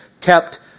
kept